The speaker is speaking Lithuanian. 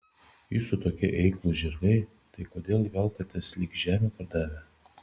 jūsų tokie eiklūs žirgai tai kodėl velkatės lyg žemę pardavę